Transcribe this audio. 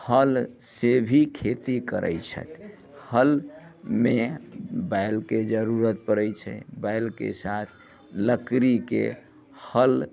हल से भी खेती करैत छथि हलमे बैलके जरूरत पड़ैत छै बैलके साथ लकड़ीके हल